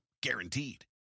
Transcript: Guaranteed